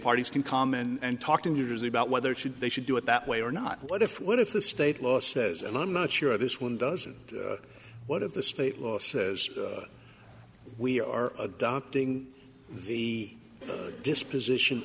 parties can come and talk to new jersey about whether it should they should do it that way or not what if what if the state law says and i'm not sure this one doesn't one of the state law says we are adopting the disposition